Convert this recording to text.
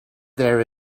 there